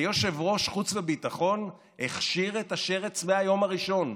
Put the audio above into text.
כיושב-ראש חוץ וביטחון הכשיר את השרץ מהיום הראשון,